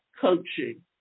coaching